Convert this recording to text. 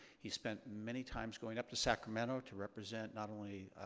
he spent many times going up to sacramento to represent not only